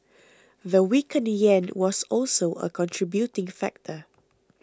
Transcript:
the weakened yen was also a contributing factor